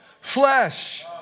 flesh